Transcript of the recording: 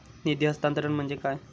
निधी हस्तांतरण म्हणजे काय?